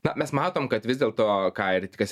na mes matom kad vis dėl to ką ir kas